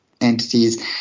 entities